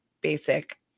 basic